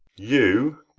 you?